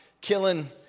killing